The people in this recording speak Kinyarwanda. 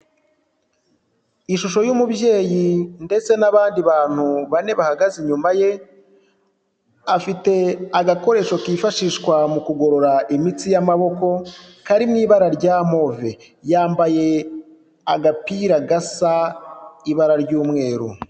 Ishusho y'umubyeyi ndetse n'abandi bantu bane bahagaze inyuma ye, afite agakoresho kifashishwa mu kugorora imitsi y'amaboko kari mu ibara rya move, yambaye agapira gasa ibara ry'umweru.